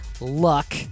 luck